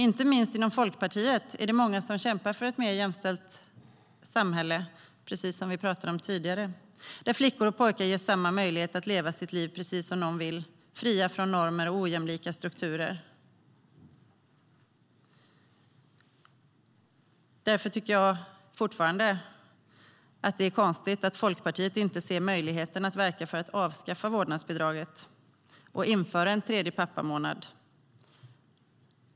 Inte minst i Folkpartiet finns det många som kämpar för ett mer jämställt samhälle där flickor och pojkar ges samma möjligheter att leva sitt liv precis som de vill, fria från normer och ojämlika strukturer. Därför tycker jag fortfarande att det är konstigt att Folkpartiet inte ser möjligheten att verka för ett avskaffande av vårdnadsbidraget och införandet av en tredje pappamånad.